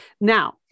Now